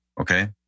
Okay